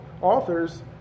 authors